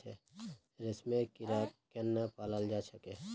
रेशमेर कीड़ाक केनना पलाल जा छेक